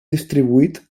distribuït